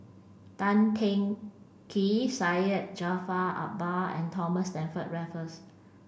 Tan Teng Kee Syed Jaafar Albar and Thomas Stamford Raffles